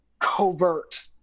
covert